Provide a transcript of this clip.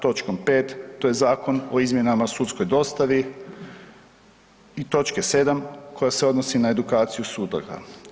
Točkom pet to je Zakon o izmjenama o sudskoj dostavi i točke 7. Koja se odnosi na edukaciju sudova.